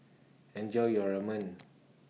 Enjoy your Ramen